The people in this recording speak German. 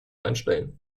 anstellen